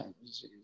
disease